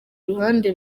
ruhande